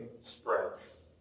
spreads